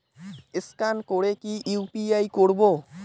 Scan করে কি করে ইউ.পি.আই করবো?